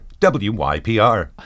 WYPR